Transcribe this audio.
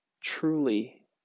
truly